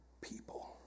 people